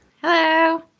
Hello